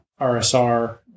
RSR